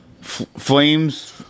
Flames